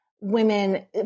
women